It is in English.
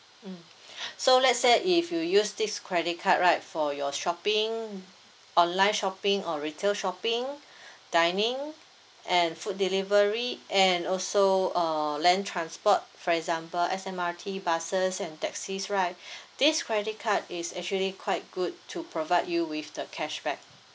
so let's say if you use this credit card right for your shopping online shopping or retail shopping dining and food delivery and also uh land transport for example S_M_R_T buses and taxis right this credit card is actually quite good to provide you with the cashback